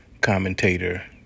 commentator